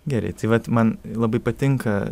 gerai tai vat man labai patinka